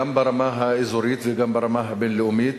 גם ברמה האזורית וגם ברמה הבין-לאומית,